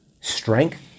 strength